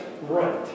right